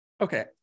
Okay